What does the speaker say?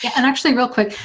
yeah and actually real quick,